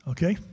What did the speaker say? Okay